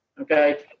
okay